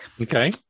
Okay